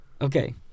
okay